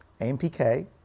AMPK